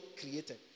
created